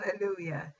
Hallelujah